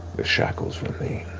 your shackles remain,